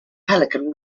pelican